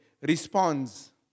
responds